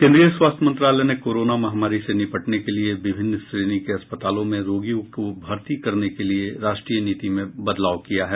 केन्द्रीय स्वास्थ्य मंत्रालय ने कोरोना महामारी से निपटने के लिए विभिन्न श्रेणी के अस्पतालों में रोगियों को भर्ती करने के लिए राष्ट्रीय नीति में बदलाव किया है